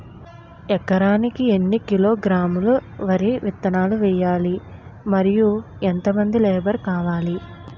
ఎకరానికి ఎన్ని కిలోగ్రాములు వరి విత్తనాలు వేయాలి? మరియు ఎంత మంది లేబర్ కావాలి?